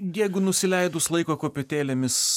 jeigu nusileidus laiko kopėtėlėmis